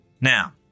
Now